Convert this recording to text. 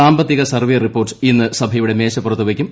സാമ്പത്തിക സർവ്വേ ് റിപ്പോർട്ട് ഇന്ന് സഭയുടെ മേശപ്പുറത്ത് വയ്ക്കും